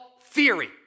theory